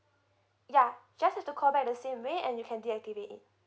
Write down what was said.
ya just have to call back the same way and you can deactivate it